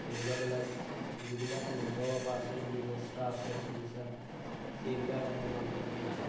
এনেকুৱাবিলাক যিবিলাক মেজৰ অপাৰেচনৰ ব্যৱস্থা আছে চিকিৎসা সেইবিলাক আমাৰ মাজুলীত নাই